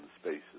spaces